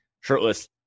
shirtless